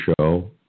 show